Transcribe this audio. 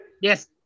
Yes